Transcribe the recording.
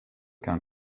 qu’un